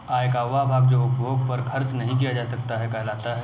आय का वह भाग जो उपभोग पर खर्च नही किया जाता क्या कहलाता है?